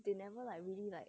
they never like really like